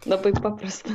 labai paprasta